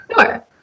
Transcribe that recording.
Sure